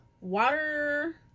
water